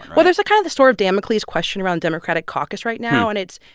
well, there's a kind of the sort of damocles question around democratic caucus right now, and it's,